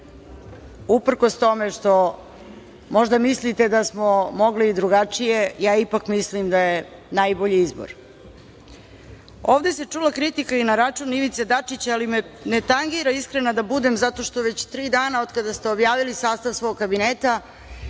uprkos tome što možda mislite da smo mogli i drugačije, ja ipak mislim da je najbolji izbor. Ovde se čula kritika i na račun Ivice Dačića, ali me ne tangira, iskrena da budem, zato što već tri dana, od kada ste objavili sastav svog kabineta,